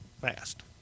fast